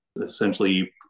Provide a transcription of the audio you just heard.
essentially